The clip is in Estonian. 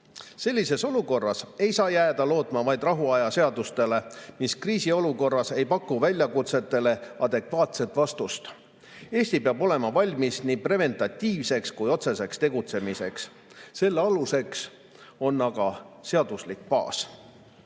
Sellises olukorras ei saa jääda lootma vaid rahuaja seadustele, mis kriisiolukorras ei paku väljakutsetele adekvaatset vastust. Eesti peab olema valmis nii preventatiivseks kui ka otseseks tegutsemiseks. Selle aluseks on aga seaduslik